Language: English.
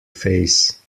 face